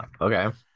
Okay